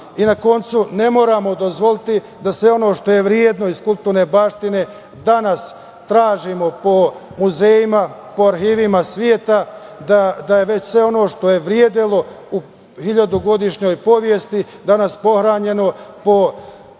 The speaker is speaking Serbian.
koncu, ne moramo dozvoliti da sve ono što je vredno iz kulturne baštine danas tražimo po muzejima, po arhivima sveta, da je već sve ono što je vredelo u hiljadugodišnjoj povjesti danas pohranjeno po raznim